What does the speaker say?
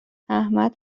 احمد